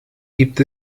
gibt